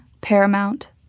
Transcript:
Paramount